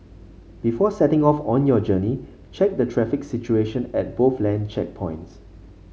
before setting off on your journey check the traffic situation at both land checkpoints